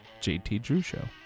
jtdrewshow